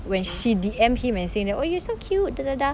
when she D_M him and saying that oh you're so cute